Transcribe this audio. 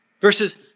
Verses